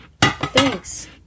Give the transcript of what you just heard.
Thanks